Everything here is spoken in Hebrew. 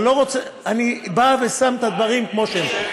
אני בא ושם את הדברים כמו שהם.